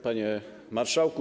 Panie Marszałku!